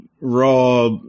raw